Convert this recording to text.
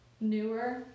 newer